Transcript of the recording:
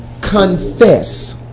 confess